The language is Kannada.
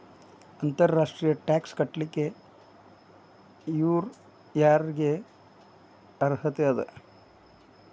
ಅಂತರ್ ರಾಷ್ಟ್ರೇಯ ಟ್ಯಾಕ್ಸ್ ಕಟ್ಲಿಕ್ಕೆ ಯರ್ ಯಾರಿಗ್ ಅರ್ಹತೆ ಅದ?